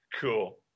Cool